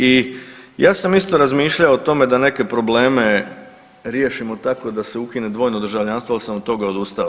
I ja sam isto razmišljao o tome da neke probleme riješimo tako da se ukine dvojno državljanstvo, ali sam od toga odustao.